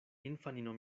infanino